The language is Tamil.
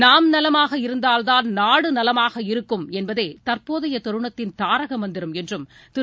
நாம் நலமாக இருந்தால்தான் நாடு நலமாக இருக்கும் என்பதே தற்போதைய தருணத்தின் தாரக மந்திரம் என்றும் திரு